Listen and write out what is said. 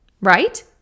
right